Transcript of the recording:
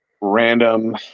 random –